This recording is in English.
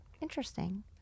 Interesting